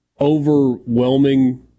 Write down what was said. overwhelming